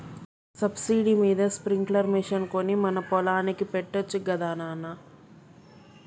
subsidy మీద sprinkler machine కొని మన పొలానికి పెట్టొచ్చు గదా నాన